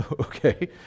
okay